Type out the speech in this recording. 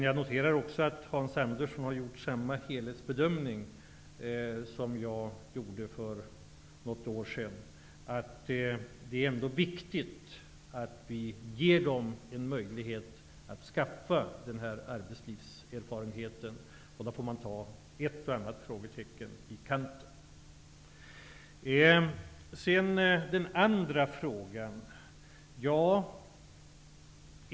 Jag noterar också att Hans Andersson har gjort samma helhetsbedömning som jag gjorde för något år sedan, nämligen att det ändå är viktigt att vi ger ungdomarna en möjlighet att skaffa sig den här arbetslivserfarenheten och att man då får ta ett och annat frågetecken i kanten. Sedan till Hans Anderssons andra fråga.